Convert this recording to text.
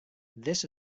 this